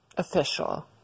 Official